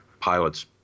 pilots